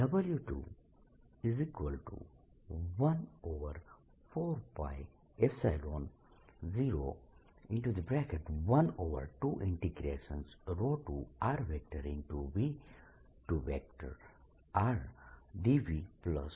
W214π0122rV2rdV122rV2surfacerds થશે